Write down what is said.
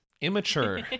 immature